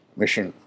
mission